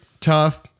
tough